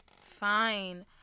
Fine